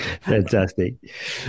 Fantastic